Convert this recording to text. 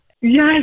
Yes